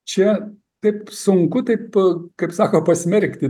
čia taip sunku taip kaip sako pasmerkti